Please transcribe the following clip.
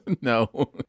No